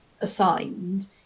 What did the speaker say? assigned